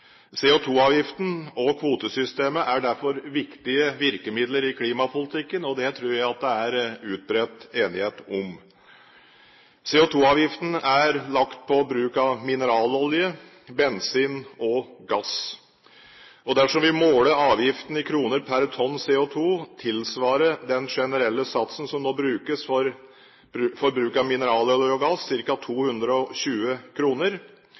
og kvotesystemet er derfor viktige virkemidler i klimapolitikken, og det tror jeg det er utbredt enighet om. CO2-avgiften er lagt på bruk av mineralolje, bensin og gass. Dersom vi måler avgiften i kroner per tonn CO2, tilsvarer den generelle satsen for bruk av mineralolje og gass